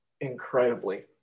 incredibly